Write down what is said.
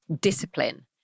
discipline